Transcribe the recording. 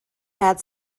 had